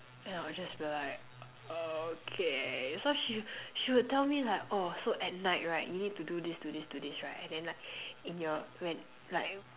and I will just be like okay so she she would tell me like oh so at night right you need to do this do this do this right then like in your when like